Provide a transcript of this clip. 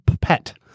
pet